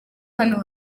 hano